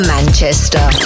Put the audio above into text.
Manchester